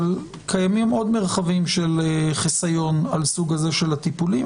אבל קיימים עוד מרחבים של חיסיון על הסוג הזה של הטיפולים,